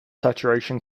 saturation